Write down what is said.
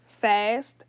Fast